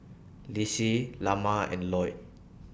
Lissie Lamar and Loyd